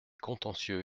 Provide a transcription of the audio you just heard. contentieux